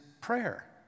prayer